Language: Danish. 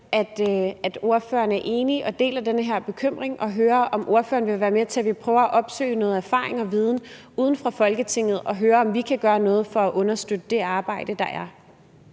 at ordføreren er enig og deler den her bekymring. Og så vil jeg høre, om ordføreren vil være med til, at vi prøver at opsøge noget erfaring og viden uden for Folketinget for at høre, om vi kan gøre noget for at understøtte det arbejde, der er.